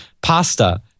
pasta